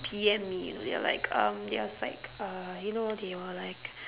P_M me you know they are like um it was like um you know they were like